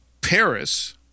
Paris